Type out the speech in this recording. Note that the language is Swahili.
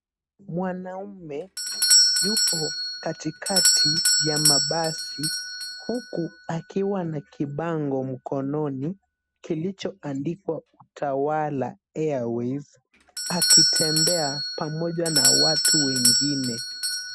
Mwanaume yupo katikati ya mabasi, huku akiwa na kibango mkononi, kilichoandikwa Utawala Airways , akitembea pamoja na watu wengine.